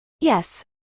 yes